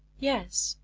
yes,